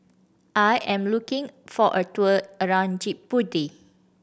I am looking for a tour around Djibouti